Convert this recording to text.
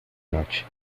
noche